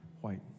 white